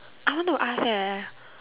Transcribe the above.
I want to ask eh